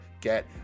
get